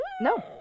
No